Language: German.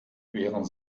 während